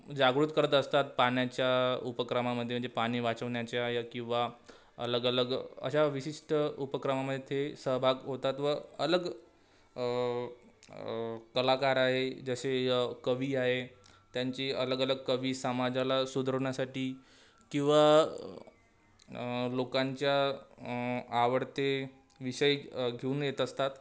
जागृत करत असतात पाण्याच्या उपक्रमामध्ये म्हणजे पाणी वाचवण्याच्या या किंवा अलग अलग अशा विशिष्ट उपक्रमामध्ये ते सहभाग होतात व अलग कलाकार आहे जसे कवी आहे त्यांची अलग अलग कवी समाजाला सुधारण्यासाठी किंवा लोकांच्या आवडते विषय घेऊन येत असतात